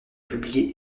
publié